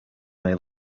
may